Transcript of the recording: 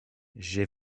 j’ai